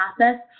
process